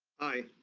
aye.